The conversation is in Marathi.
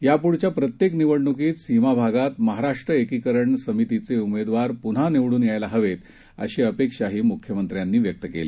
यापुढच्याप्रत्येकनिवडणुकीतसीमाभागातमहाराष्ट्रएकीकरणसमितीचेउमेदवारपुन्हानिवडूनयायलाहवेत अशीअपेक्षाहीमुख्यमंत्र्यांनीव्यक्तकेली